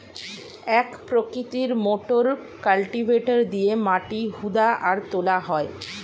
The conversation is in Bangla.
এক প্রকৃতির মোটর কালটিভেটর দিয়ে মাটি হুদা আর তোলা হয়